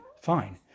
fine